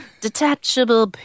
Detachable